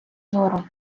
зору